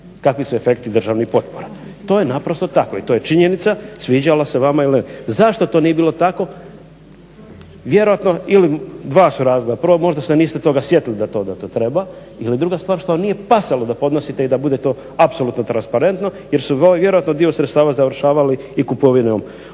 kakvi su efekti državnih potpora. To je naprosto tako. I to je činjenica sviđalo se vama ili ne. Zašto to nije bilo tako vjerojatno ili dva su razloga. Prvo možda se niste toga sjetili da to treba ili druga stvar što vam nije pasalo da podnosite i da bude to apsolutno transparentno jer su vjerojatno dio sredstava završavali i kupovinom određenih